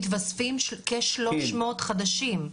מתווספים כ-300 חדשים.